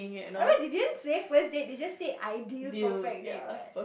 I mean they didn't say first date they just say ideal perfect date what